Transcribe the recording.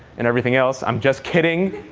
and everything else. i'm just kidding.